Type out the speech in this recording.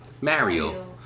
Mario